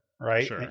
Right